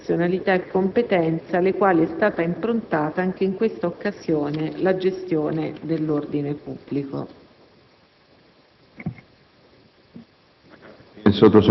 a conferma della prudenza, professionalità e competenza alle quali è stata improntata, anche in questa occasione, la gestione dell'ordine pubblico.